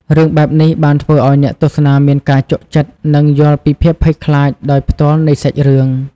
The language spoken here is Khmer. រឿងបែបនេះបានធ្វើឲ្យអ្នកទស្សនាមានការជក់ចិត្ត និងយល់ពីភាពភ័យខ្លាចដោយផ្ទាល់នៃសាច់រឿង។